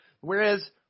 Whereas